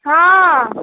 हँ